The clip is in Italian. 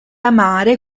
amare